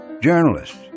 journalists